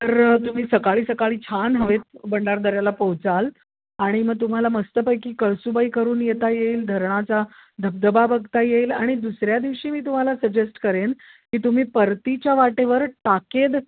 तर तुम्ही सकाळी सकाळी छान हवेत भंडारदऱ्याला पोहचाल आणि मग तुम्हाला मस्तपैकी कळसूबाई करून येता येईल धरणाचा धबधबा बघता येईल आणि दुसऱ्या दिवशी मी तुम्हाला सजेस्ट करेन की तुम्ही परतीच्या वाटेवर टाकेद